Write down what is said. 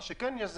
מה שכן יש,